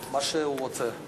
מה שהוא רוצה.